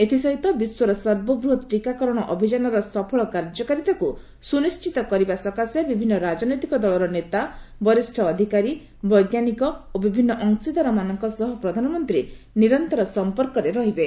ଏଥିସହିତ ବିଶ୍ୱର ସର୍ବବୃହତ୍ ଟିକାକରଣ ଅଭିଯାନର ସଫଳ କାର୍ଯ୍ୟକାରିତାକୁ ସୁନିଣ୍ଟିତ କରିବା ସକାଶେ ବିଭିନ୍ନ ରାଜନୈତିକ ଦଳର ନେତା ବରିଷ୍ଠ ଅଧିକାରୀ ବୈଜ୍ଞାନିକ ଓ ବିଭିନ୍ନ ଅଂଶୀଦାରମାନଙ୍କ ସହ ପ୍ରଧାନମନ୍ତ୍ରୀ ନିରନ୍ତର ସମ୍ପର୍କରେ ରହିବେ